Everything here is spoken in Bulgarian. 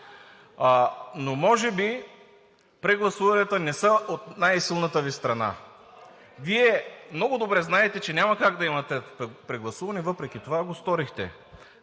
Може би прегласуванията не са от най-силната Ви страна. Вие много добре знаете, че няма как да имате прегласуване и въпреки това го сторихте.